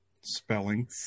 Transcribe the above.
spelling